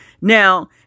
Now